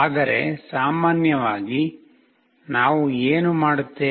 ಆದರೆ ಸಾಮಾನ್ಯವಾಗಿ ನಾವು ಏನು ಮಾಡುತ್ತೇವೆ